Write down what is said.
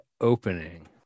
opening